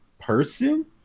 person